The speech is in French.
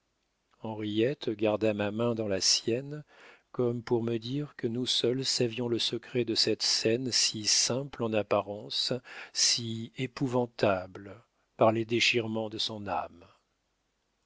garda ma main dans la sienne comme pour me dire que nous seuls savions le secret de cette scène si simple en apparence si épouvantable par les déchirements de son âme